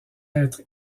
être